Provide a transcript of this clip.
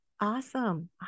awesome